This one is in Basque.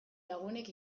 lagunek